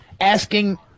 asking